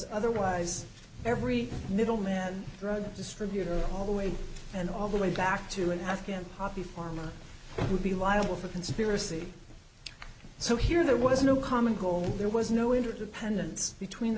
otherwise every middleman drug distributor all the way and all the way back to an afghan poppy farmer would be liable for conspiracy so here there was no common goal there was no interdependence between the